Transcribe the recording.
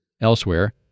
Elsewhere